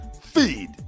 Feed